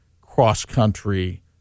cross-country